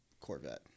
Corvette